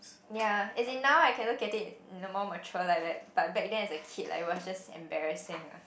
ya as in now I can look at it in a more mature like that but back then I was a kid like it was just embarrassing ah